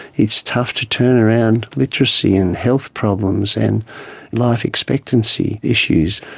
it's tough to turn around literacy and health problems and life expectancy issues.